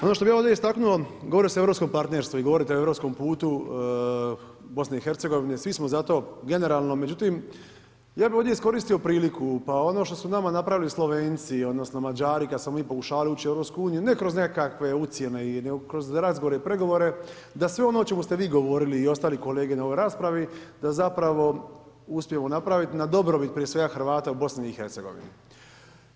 Ono što bih ja ovdje istaknuo, govori se o europskom partnerstvu i govorite o europskom putu BiH-a, svi smo za to generalno, međutim ja bi ovdje iskoristio priliku pa ono što su nama napravili Slovenci, odnosno Mađari kad smo mi pokušavali ući u EU-u, ne kroz nekakve ucjene nego kroz razgovore i pregovore, da sve ono o čemu ste vi govorili i ostali kolege na ovoj raspravi, da zapravo uspijemo napraviti na dobrobit prije svega Hrvata u BiH-u.